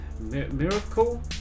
Miracle